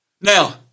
Now